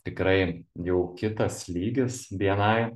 tikrai jau kitas lygis bni